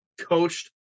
coached